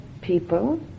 people